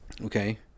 okay